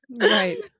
Right